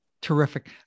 Terrific